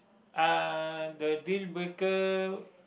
uh the dealbreaker